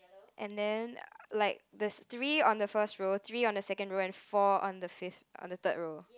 and then like there's three on the first row three on the second row and four on the fifth on the third row